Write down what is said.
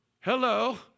Hello